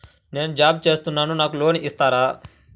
నేను జాబ్ చేస్తున్నాను నాకు లోన్ ఇస్తారా?